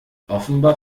offenbar